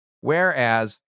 whereas